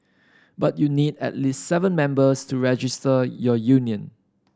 but you need at least seven members to register your union